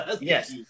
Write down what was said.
Yes